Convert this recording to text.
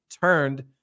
turned